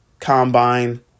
Combine